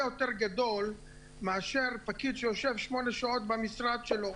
יותר גדול מאשר פקיד שיושב שמונה שעות במשרד שלו.